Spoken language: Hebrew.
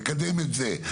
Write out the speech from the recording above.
לקדם את זה,